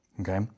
okay